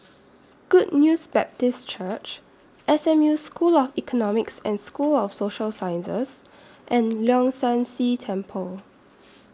Good News Baptist Church S M U School of Economics and School of Social Sciences and Leong San See Temple